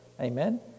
Amen